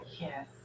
Yes